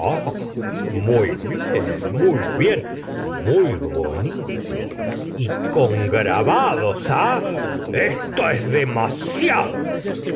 muy bien muy bien muy bonito y con grabados ah esto es demasiado